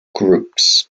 groups